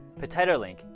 PotatoLink